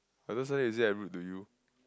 but just now you say I'm rude to you